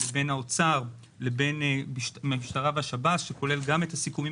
לבין האוצר לבין המשטרה והשב"ס שכולל גם את הסיכומים